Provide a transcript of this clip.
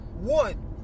One